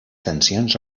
tensions